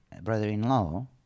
brother-in-law